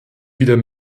wieder